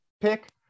pick